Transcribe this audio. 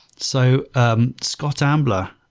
so um scott ambler,